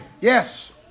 Yes